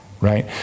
Right